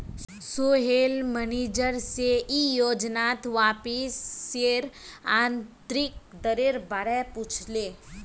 Sohail manager से ई योजनात वापसीर आंतरिक दरेर बारे पुछले